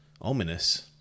Ominous